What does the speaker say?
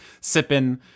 sipping